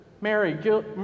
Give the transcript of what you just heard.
Mary